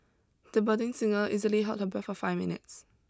the budding singer easily held her breath for five minutes